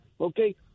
okay